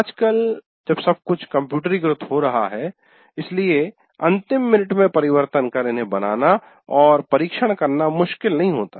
आजकल सब कुछ कम्प्यूटरीकृत हो रहा है इसलिए अंतिम मिनट में परिवर्तन कर इन्हें बनाना और परिक्षण करना मुश्किल नहीं होता